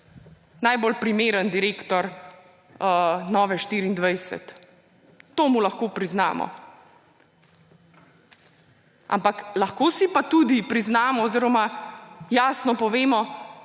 najbolj primeren direktor Nove 24, to mu lahko priznamo. Ampak lahko si pa tudi priznamo oziroma jasno povemo,